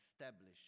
establish